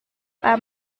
pak